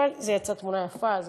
אבל יצאה תמונה יפה.